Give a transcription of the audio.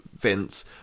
Vince